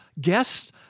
guests